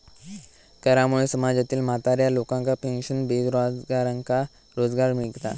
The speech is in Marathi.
करामुळे समाजातील म्हाताऱ्या लोकांका पेन्शन, बेरोजगारांका रोजगार मिळता